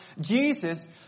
Jesus